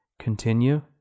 Continue